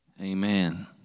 Amen